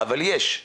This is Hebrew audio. אבל יש.